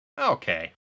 Okay